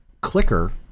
clicker